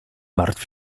martw